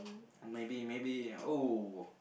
maybe maybe !woo!